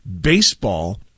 Baseball